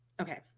Okay